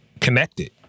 connected